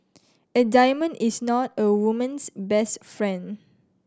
a diamond is not a woman's best friend